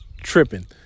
tripping